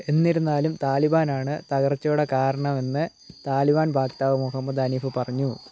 എന്നിരുന്നാലും താലിബാനാണ് തകർച്ചയുടെ കാരണം എന്ന് താലിബാൻ വക്താവ് മുഹമ്മദ് ഹനീഫ് പറഞ്ഞു